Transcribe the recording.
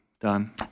done